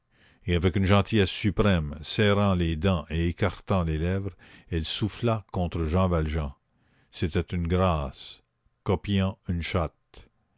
et avec une gentillesse suprême serrant les dents et écartant les lèvres elle souffla contre jean valjean c'était une grâce copiant une chatte